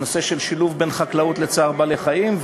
הנושא של שילוב בין חקלאות לצער בעלי-חיים,